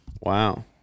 Wow